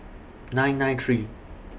nine nine three